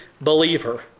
believer